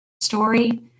story